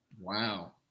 Wow